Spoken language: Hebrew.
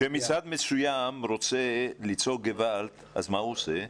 כאשר משרד מסוים רוצה לצעוק גוועלד, מה הוא עושה?